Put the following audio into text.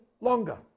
longer